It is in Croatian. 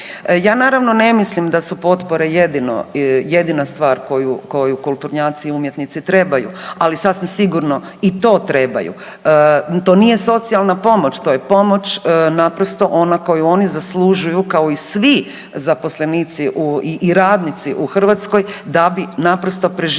Ja naravno ne mislim da su potpore jedina stvar koju kulturnjaci i umjetnici trebaju, ali sasvim sigurno i to trebaju. To nije socijalna pomoć, to je pomoć naprosto ona koju oni zaslužuju kao i svi zaposlenici i radnici u Hrvatskoj da bi naprosto preživjeli,